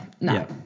no